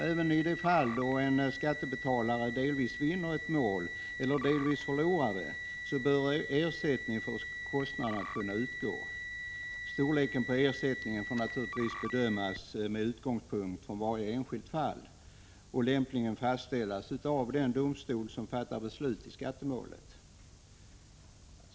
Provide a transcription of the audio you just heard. Även i de fall då en skattebetalare delvis vinner ett mål eller delvis förlorar det, bör ersättning för kostnaderna kunna utgå. Storleken på ersättningen får naturligtvis bedömas med utgångspunkt i varje enskilt fall, och den bör lämpligen fastställas av den domstol som fattar beslut i skattemålet.